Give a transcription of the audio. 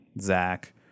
zach